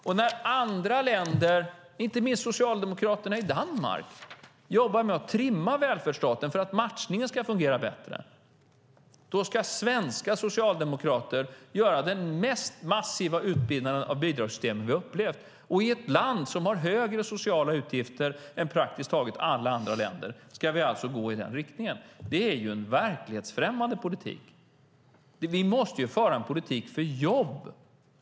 När andra länder, inte minst socialdemokraterna i Danmark, jobbar med att trimma välfärdsstaten för att matchningen ska fungera bättre ska svenska socialdemokrater göra den mest massiva utbyggnaden av bidragssystemen vi har upplevt. I ett land som har högre sociala utgifter än praktiskt taget alla andra länder ska vi alltså gå i den riktningen. Det är ju en verklighetsfrämmande politik.